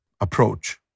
approach